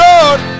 Lord